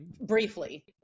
briefly